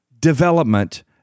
development